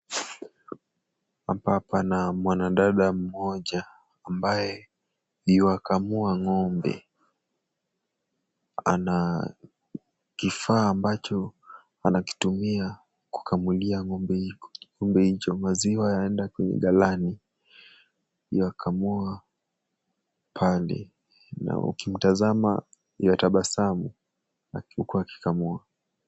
Hapa pana mwanadada mmoja, ambaye, yuakamua ngombe, ana, kifaa ambacho anakitumia, kukamulia ngombe kikombe icho, maziwa yanaenda kwenye galani, kukamua pale, na ukimtazama yuatabasamu, na huku akikamua.